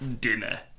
dinner